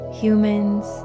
humans